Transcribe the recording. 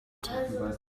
bescheid